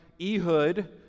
Ehud